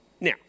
now